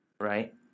right